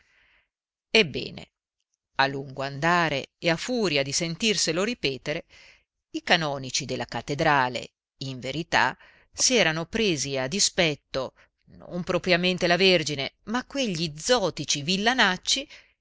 ebbene a lungo andare e a furia di sentirselo ripetere i canonici della cattedrale in verità s'erano presi a dispetto non propriamente la vergine ma quegli zotici